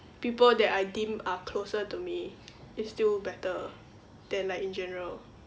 people that I deem are closer to me is still better than like in general